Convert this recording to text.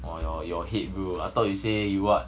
!wah! your your head bro I thought you say [what]